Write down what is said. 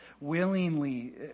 willingly